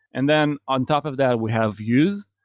and then on top of that, we have views,